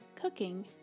cooking